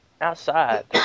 outside